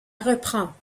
reprends